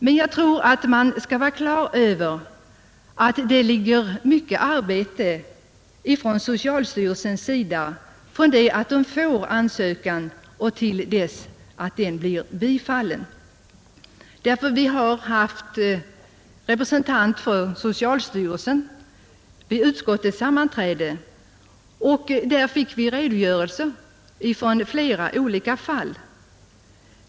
Från socialstyrelsens sida kan det vara fråga om mycket arbete från det att ansökan kommer in och till dess att den blir bifallen. Vi hade en representant från socialstyrelsen vid utskottets sammanträde, och vi fick en redogörelse för flera fall.